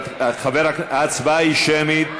ההצבעה היא שמית.